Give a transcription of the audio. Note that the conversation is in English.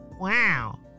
Wow